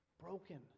broken